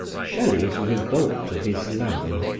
shelley's revolt of islam.